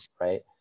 Right